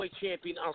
champion